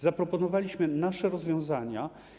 Zaproponowaliśmy nasze rozwiązania.